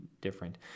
different